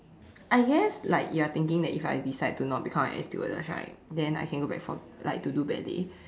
I guess like you are thinking that if I decide to not become an air stewardess right then I can go back for like to do ballet